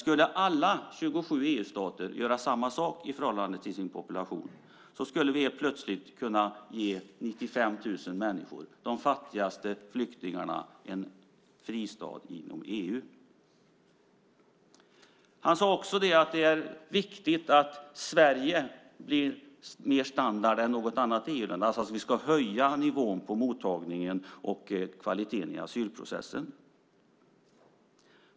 Skulle alla 27 EU-stater ta emot lika många i förhållande till sin population skulle vi helt plötsligt kunna ge 95 000 människor, de fattigaste flyktingarna, en fristad inom EU. Flyktingkommissarien sade också att det är viktigt att Sverige blir standard för de andra EU-länderna. Det vill säga att vi ska höja kvaliteten på mottagningen och i asylprocessen.